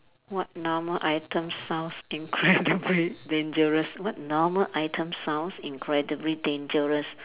what normal item sounds incredibly dangerous what normal item sounds incredibly dangerous